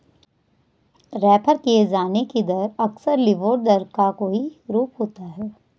refer किये जाने की दर अक्सर लिबोर दर का कोई रूप होता है